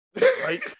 Right